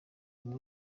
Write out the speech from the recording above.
bamwe